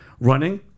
running